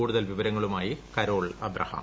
കൂടുതൽ വിവരങ്ങളുമായി കരോൾ അബ്രഹാം